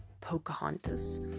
Pocahontas